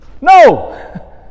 No